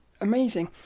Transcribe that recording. amazing